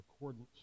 accordance